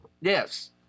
Yes